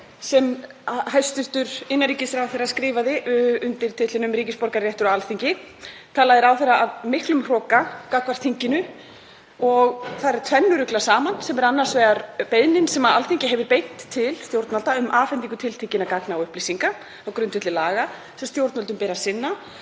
sem hæstv. innanríkisráðherra skrifaði undir titlinum „Ríkisborgararéttur og Alþingi“, talaði ráðherra af miklum hroka gagnvart þinginu. Þar er tvennu ruglað saman, annars vegar beiðninni sem Alþingi hefur beint til stjórnvalda um afhendingu tiltekinna gagna og upplýsinga á grundvelli laga sem stjórnvöldum ber að sinna